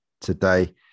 today